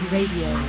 Radio